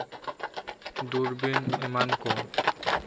ᱫᱩᱨᱵᱤᱱ ᱮᱢᱟᱱ ᱠᱚ